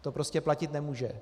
To prostě platit nemůže.